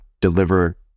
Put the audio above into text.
deliver